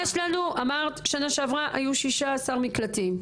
אמרת ששנה שעברה היו 16 מקלטים,